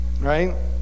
Right